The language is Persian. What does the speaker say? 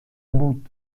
بود